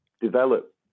develop